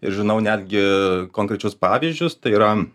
ir žinau netgi konkrečius pavyzdžius tai yra